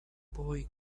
boy